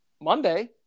Monday